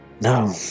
No